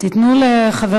תנו לחבר